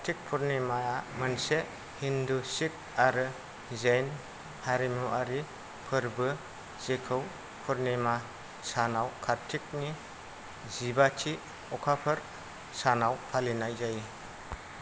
कार्तिक पुर्निमाया मोनसे हिन्दु सिख आरो जैन हारिमुआरि फोरबो जेखौ पुर्निमा सानाव कार्तिकनि जिबाथि अखाफोर सानाव फालिनाय जायो